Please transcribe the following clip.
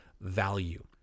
value